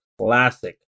Classic